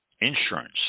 insurance